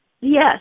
yes